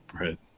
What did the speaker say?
Right